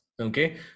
Okay